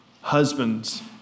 Husbands